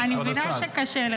אני מבינה שקשה לך.